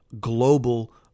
global